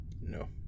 No